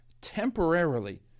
temporarily